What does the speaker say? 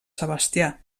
sebastià